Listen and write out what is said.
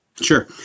Sure